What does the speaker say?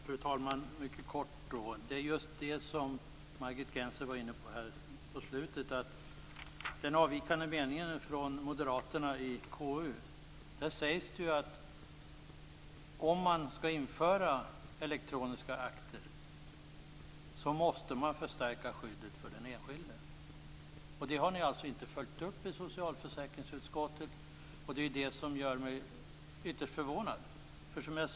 Fru talman! Mycket kort: När det gäller det som den avvikande meningen från moderaterna - sades det i KU att om man skall införa elektroniska akter måste skyddet för den enskilde förstärkas. Detta har ni inte följt upp i socialförsäkringsutskottet, och det gör mig ytterst förvånad. Fru talman!